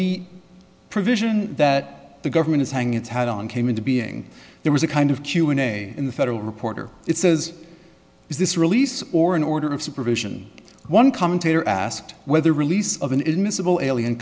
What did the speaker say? the provision that the government is hanging its had on came into being there was a kind of q and a in the federal reporter it says is this release or an order of supervision one commentator asked whether release of an invisible alien